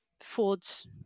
Ford's